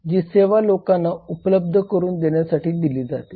जी सेवा लोकांना उपलब्ध करून देण्यासाठी दिली जाते